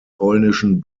polnischen